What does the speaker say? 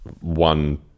one